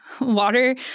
water